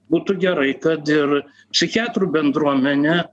būtų gerai kad ir psichiatrų bendruomenė